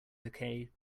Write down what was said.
decay